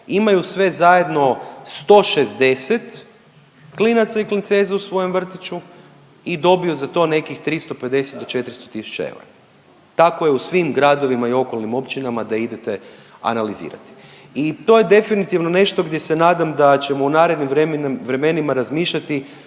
imaju sve zajedno 160 klinaca i klinceza u svojem vrtiću i dobiju za to nekih 350 do 400 000 eura. Tako je u svim gradovima i okolnim općinama da idete analizirati. I to je definitivno nešto gdje se nadam da ćemo u narednim vremenima razmišljati